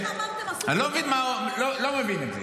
הדברים שאמרתם עשו --- אני לא מבין את זה.